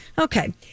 Okay